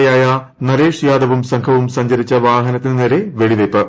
A യായ നരേഷ് യാദവും സംഘവും സഞ്ചരിച്ച വാഹനത്തിന് നേരെ വെടിവയ്പ്